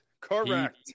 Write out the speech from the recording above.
Correct